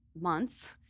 months